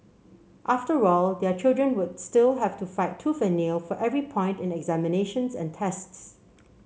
after all their children would still have to fight tooth and nail for every point in examinations and tests